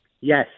Yes